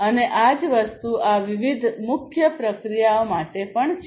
અને આ જ વસ્તુ આ વિવિધ મુખ્ય પ્રક્રિયાઓ માટે પણ છે